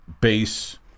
base